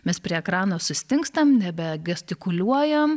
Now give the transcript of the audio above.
mes prie ekrano sustingstam nebegestikuliuojam